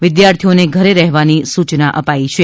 વિદ્યાર્થીઓને ઘરે રહેવાની સૂચના અપાઈ છે